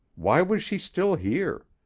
why was she still here?